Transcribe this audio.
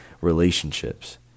relationships